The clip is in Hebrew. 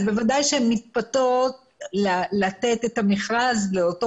אז בוודאי שהן מתפתות לתת את המכרז לאותו